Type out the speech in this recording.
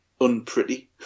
Unpretty